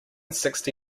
sixty